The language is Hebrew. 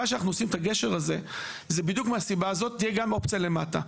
תהיה גם אופציה למטה.